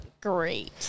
great